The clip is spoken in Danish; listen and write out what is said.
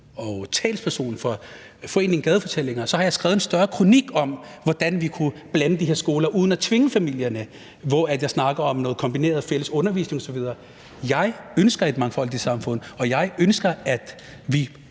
og talsperson for foreningen Gadefortællinger, skrev jeg en kronik om, hvordan vi kunne blande de her skoler uden at tvinge familierne, og hvor jeg snakkede om noget kombineret fælles undervisning osv. Jeg ønsker et mangfoldigt samfund, og jeg ønsker, at vi